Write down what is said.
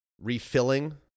refilling